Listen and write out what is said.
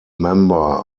member